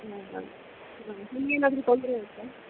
ಹಾಂ ಹಾಂ ಹಾಂ ನಿಮ್ಗೆ ಏನಾದ್ರೂ ತೊಂದರೆ ಇರುತ್ತಾ